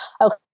Okay